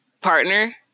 partner